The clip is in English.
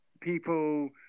people